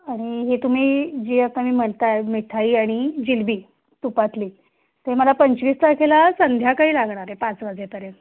आणि हे तुम्ही जी आता मी म्हणताय मिठाई आणि जिलबी तुपातली ते मला पंचवीस तारखेला संध्याकाळी लागणार आहे पाच वाजेपर्यंत